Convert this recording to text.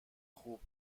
خوب